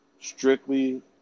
strictly